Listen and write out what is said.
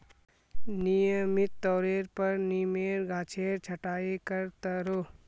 नियमित तौरेर पर नीमेर गाछेर छटाई कर त रोह